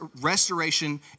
restoration